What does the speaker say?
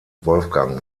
wolfgang